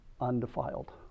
undefiled